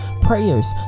prayers